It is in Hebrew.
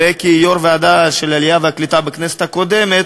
וכיושב-ראש ועדת העלייה והקליטה בכנסת הקודמת,